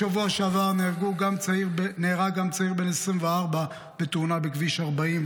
בשבוע שעבר נהרג גם צעיר בן 24 בתאונה בכביש 40,